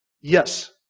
Yes